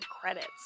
credits